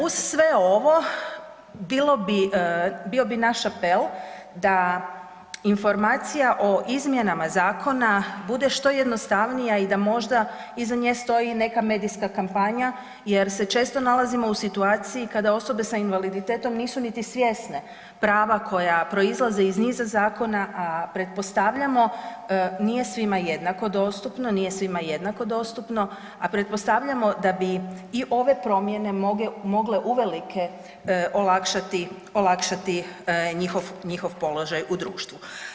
Uz sve ovo bilo, bio bi naš apel da informacija o izmjenama zakona bude što jednostavnija i da možda iza nje stoji i neka medijska kampanja jer se često nalazimo u situaciji kada osobe sa invaliditetom nisu niti svjesne prava koja proizlaze iz niza zakona, a pretpostavljamo nije svima jednako dostupno, nije svima jednako dostupno, a pretpostavljamo da bi i ove promjene mogle uvelike olakšati, olakšati njihov položaj u društvu.